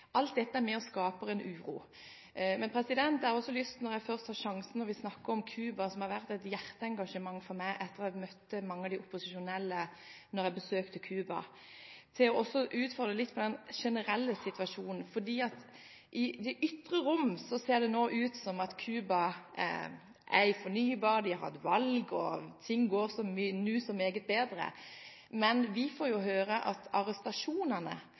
Alt dette er med og skaper uro. Men når jeg har først har sjansen til å snakke om Cuba, som har vært et hjerteengasjement for meg etter å ha møtt mange av de opposisjonelle da jeg besøkte landet, vil jeg også utfordre litt på den generelle situasjonen. I det ytre rom ser det nå ut som om Cuba er fornybart, landet har hatt valg, og ting går «nu så meget bedre». Men vi får jo høre at arrestasjonene